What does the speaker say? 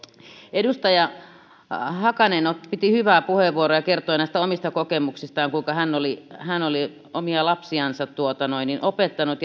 edustaja hakanen piti hyvää puheenvuoroa ja kertoi näistä omista kokemuksistaan kuinka hän oli omia lapsiansa opettanut